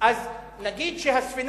ולאפשר לה להגיע לעזה?